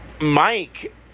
Mike